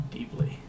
Deeply